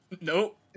Nope